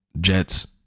Jets